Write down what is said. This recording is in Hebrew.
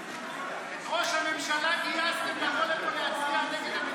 את ראש הממשלה גייסתם לבוא לפה להצביע נגד המטפלות.